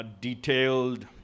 detailed